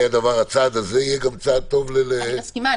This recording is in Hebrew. שהצעד הזה יהיה גם צעד טוב --- אני מסכימה,